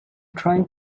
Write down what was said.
trying